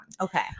Okay